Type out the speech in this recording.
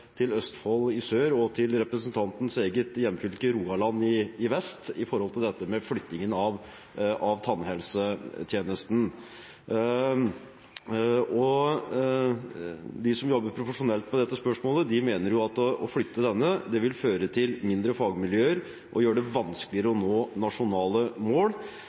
til Østfold i sør og til representantens eget hjemfylke Rogaland i vest når det gjelder flyttingen av tannhelsetjenesten. De som jobber profesjonelt med dette spørsmålet, mener at å flytte denne vil føre til mindre fagmiljøer og gjøre det vanskeligere å nå nasjonale mål.